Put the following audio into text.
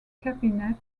cabinet